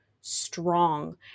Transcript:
strong